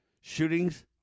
Shootings